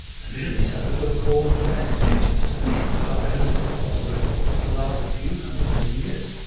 sufficiently so to have caused the mass extinctions of species that are evident in the fossil record for the last few hundred million years.